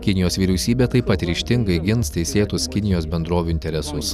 kinijos vyriausybė taip pat ryžtingai gins teisėtus kinijos bendrovių interesus